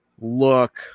look